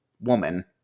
woman